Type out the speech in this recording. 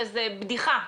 וזו בדיחה.